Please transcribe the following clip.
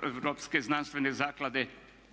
Europske znanstvene zaklade.